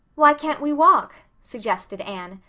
why can't we walk? suggested anne.